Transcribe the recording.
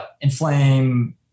inflame